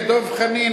לדב חנין,